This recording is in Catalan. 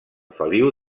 feliu